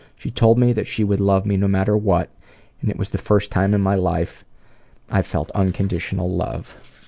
she told me that she would love me no matter what and it was the first time in my life i felt unconditional love.